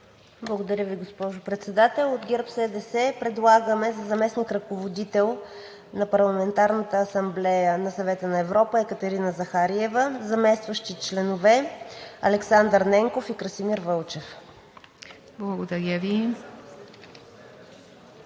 Благодаря Ви, госпожо Председател. От ГЕРБ-СДС предлагаме за заместник-ръководител на Парламентарната асамблея на Съвета на Европа Екатерина Захариева, заместващи членове Александър Ненков и Красимир Вълчев. ПРЕДСЕДАТЕЛ